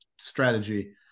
strategy